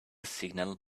signal